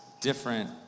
different